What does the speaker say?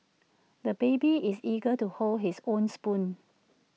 the baby is eager to hold his own spoon